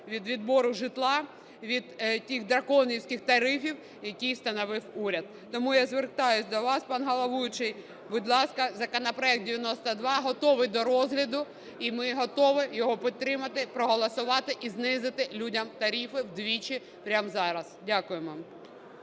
від відбору житла, від тих драконівських тарифів, які встановив уряд. Тому я звертаюсь до вас, пане головуючий, будь ласка, законопроект 92… готовий до розгляду і ми готові його підтримати, проголосувати і знизити людям тарифи вдвічі прямо зараз. Дякуємо.